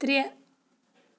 ترٛےٚ